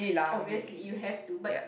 obviously you have to but